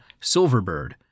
Silverbird